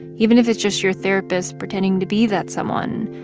even if it's just your therapist pretending to be that someone,